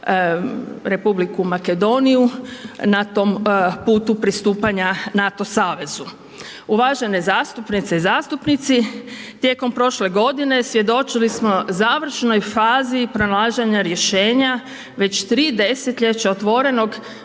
Republiku Makedoniju na tom putu pristupanja NATO savezu. Uvažene zastupnice i zastupnici tijekom prošle godine svjedočili smo završnoj fazi pronalaženja rješenja već 3 desetljeća otvorenog